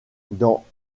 dans